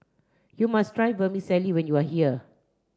you must try Vermicelli when you are here